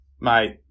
mate